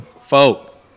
Folk